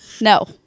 No